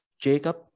Jacob